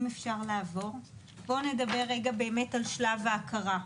פה נדבר על שלב ההכרה.